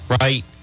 right